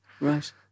right